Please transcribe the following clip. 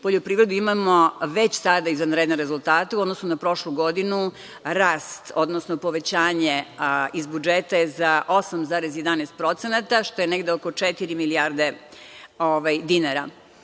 poljoprivredu, imamo već sada izvanredne rezultate u odnosu na prošlu godinu rast, odnosno povećanje iz budžeta je za 8,11%, što je negde oko četiri milijarde dinara. Odlično